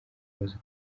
amaze